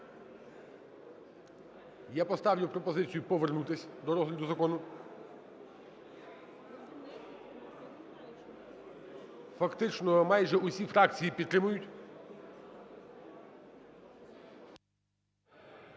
Я поставлю пропозицію повернутись до розгляду закону. Фактично майже всі фракції підтримають.